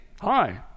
Hi